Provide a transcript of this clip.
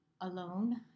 alone